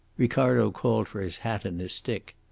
ricardo called for his hat and his stick.